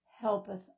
helpeth